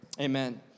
Amen